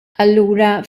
allura